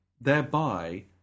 Thereby